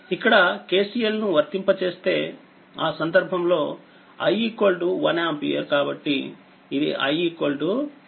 ఇక్కడKCLవర్తింప చేస్తేఆ సందర్భంలో i1ఆంపియర్కాబట్టిఇది i 1ఆంపియర్